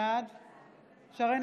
בעד שרן